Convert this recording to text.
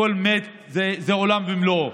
כל מת זה עולם ומלואו,